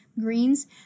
greens